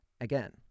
Again